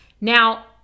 Now